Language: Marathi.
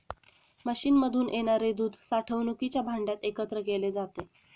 मशीनमधून येणारे दूध साठवणुकीच्या भांड्यात एकत्र केले जाते